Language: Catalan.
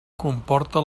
comporta